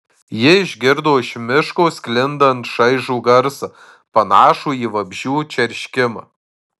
ji išgirdo iš miško sklindant šaižų garsą panašų į vabzdžių čerškimą